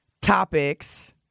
topics